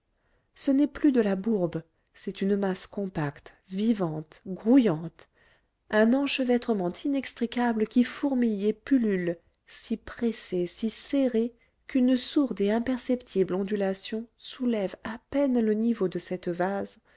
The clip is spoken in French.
ce n'est plus de la bourbe c'est une masse compacte vivante grouillante un enchevêtrement inextricable qui fourmille et pullule si pressé si serré qu'une sourde et imperceptible ondulation soulève à peine le niveau de cette vase